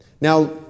Now